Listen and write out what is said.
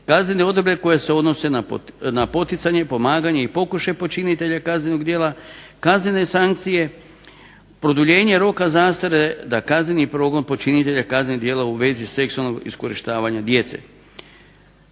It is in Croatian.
Kaznene odredbe koje se odnose na poticanje, pomaganje i pokušaj počinitelja kaznenih djela, kaznene sankcije, produljenje roka zastare da kazneni progon počinitelja kaznenih djela u vezi seksualnih iskorištavanja djece.